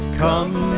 come